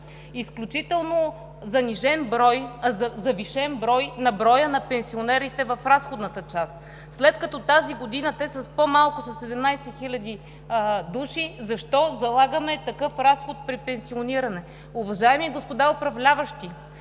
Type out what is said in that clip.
Изключително завишен брой на пенсионерите в разходната част. След като тази година те са по-малко със 17 хиляди души, защо залагаме такъв разход при пенсиониране? Уважаеми господа управляващи,